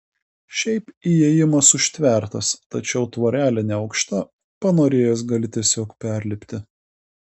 šiaip įėjimas užtvertas tačiau tvorelė neaukšta panorėjęs gali tiesiog perlipti